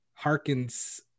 harkens